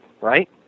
right